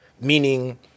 meaning